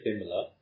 similar